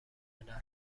الملل